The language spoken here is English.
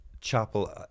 chapel